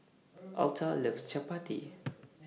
Altha loves Chapati